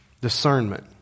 Discernment